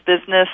business